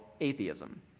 atheism